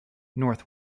north